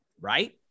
right